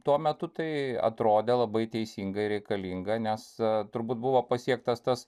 tuo metu tai atrodė labai teisinga ir reikalinga nes turbūt buvo pasiektas tas